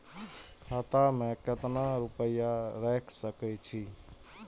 खाता में केतना रूपया रैख सके छी?